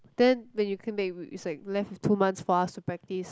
then when you came back it's like left with two months for us to practise